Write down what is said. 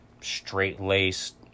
straight-laced